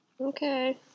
Okay